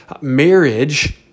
marriage